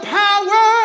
power